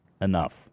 Enough